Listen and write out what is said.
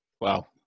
Wow